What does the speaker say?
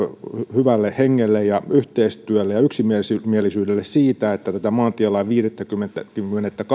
hyvälle hengelle ja yhteistyölle ja yksimielisyydelle siitä että tätä maantielain viidettäkymmenettätoista